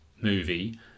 movie